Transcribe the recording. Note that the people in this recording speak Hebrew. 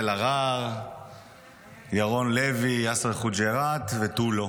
לוי, יאסר חוג'יראת, ותו לא,